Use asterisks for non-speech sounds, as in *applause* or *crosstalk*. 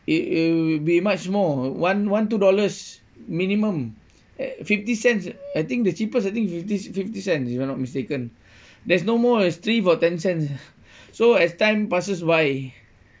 it it will be much more one one two dollars minimum uh fifty cents I think the cheapest I think fif~ fifty cents if I'm not mistaken *breath* there's no more as three for ten cents so as time passes by